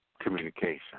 communication